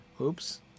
Oops